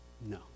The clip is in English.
No